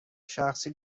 شخصی